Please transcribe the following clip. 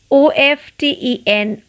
often